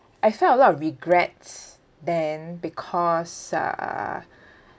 I felt a lot of regrets then because uh